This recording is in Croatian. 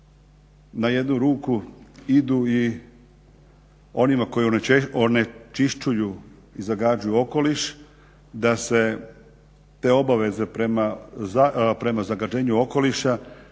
na jednu ruku idu i onima koji onečišćuju i zagađuju okoliš da se te obaveze prema zagađenju okoliša